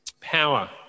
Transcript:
power